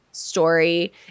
story